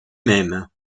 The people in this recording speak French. même